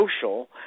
social